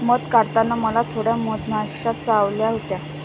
मध काढताना मला थोड्या मधमाश्या चावल्या होत्या